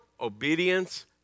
Obedience